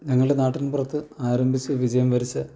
ഞങ്ങളുടെ നാട്ടിൻപുറത്ത് ആരംഭിച്ച് വിജയം വരിച്ച